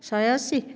ଶହେ ଅଶୀ